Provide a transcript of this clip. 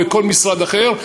בכל משרד אחר,